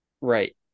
Right